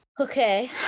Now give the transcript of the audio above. Okay